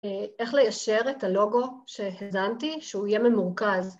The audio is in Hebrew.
איך ליישר את הלוגו שהזנתי, שהוא יהיה ממורכז.